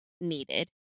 needed